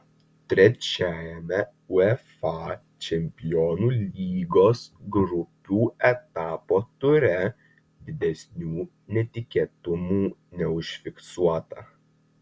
trečiajame uefa čempionų lygos grupių etapo ture didesnių netikėtumų neužfiksuota